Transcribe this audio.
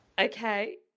Okay